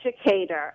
educator